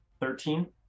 Thirteen